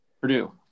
Purdue